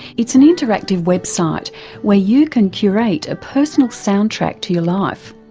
it's an interactive website where you can curate a personal soundtrack to your life.